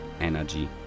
energy